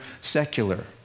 secular